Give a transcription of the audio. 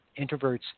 introverts